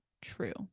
true